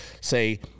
say